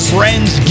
Friends